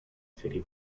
serie